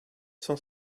cent